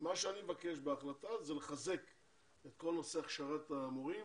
מה שאני מבקש בהחלטה זה לחזק את כל נושא הכשרת המורים